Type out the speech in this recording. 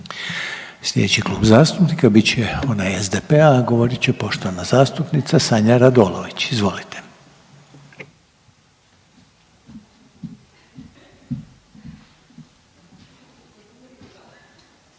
Slijedeći Klub zastupnika bit će onaj HDZ-a, a govorit će poštovani zastupnik Ljubomir Kolarek, izvolite.